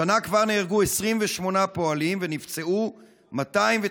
השנה כבר נהרגו 28 פועלים ונפצעו 219,